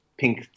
pink